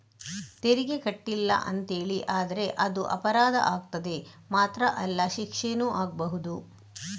ತೆರಿಗೆ ಕಟ್ಲಿಲ್ಲ ಅಂತೇಳಿ ಆದ್ರೆ ಅದು ಅಪರಾಧ ಆಗ್ತದೆ ಮಾತ್ರ ಅಲ್ಲ ಶಿಕ್ಷೆನೂ ಆಗ್ಬಹುದು